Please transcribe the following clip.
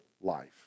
life